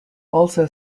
also